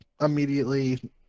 immediately